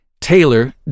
Taylor